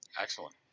Excellent